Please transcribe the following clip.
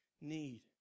need